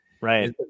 Right